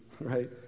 right